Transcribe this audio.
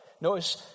Notice